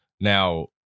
Now